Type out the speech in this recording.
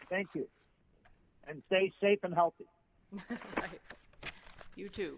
thank you and stay safe and help you too